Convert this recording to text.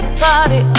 party